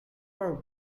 are